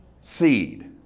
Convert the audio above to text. Seed